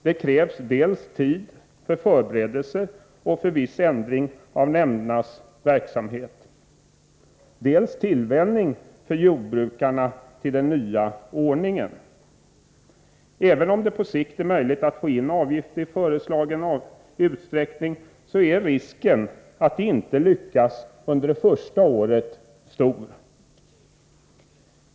Det krävs dels tid för förberedelser och för viss ändring av nämndernas verksamhet, dels tillvänjning för jordbrukarna till den nya ordningen. Även om det på sikt är möjligt att få in avgifter i föreslagen utsträckning, är risken stor att det inte lyckas under det första året.